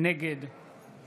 נגד ישראל כץ, נגד רון